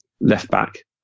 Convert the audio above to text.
left-back